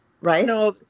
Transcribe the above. right